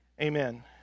Amen